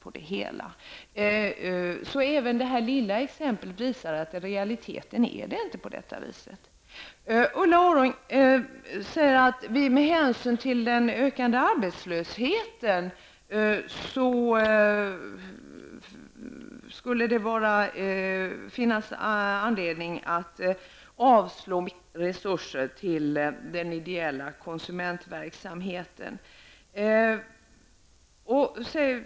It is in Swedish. Även detta exempel på en liten verksamhet visar alltså hur det i realiteten förhåller sig. Ulla Orring säger att det med hänsyn till den ökande arbetslösheten skulle finnas anledning att avslå förslag om resurser till den ideella konsumentverksamheten.